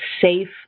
safe